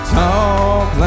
talk